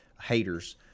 haters